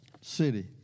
City